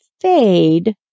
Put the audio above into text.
fade